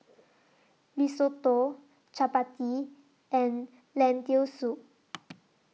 Risotto Chapati and Lentil Soup